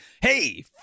Hey